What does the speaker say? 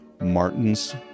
Martin's